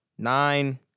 nine